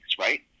right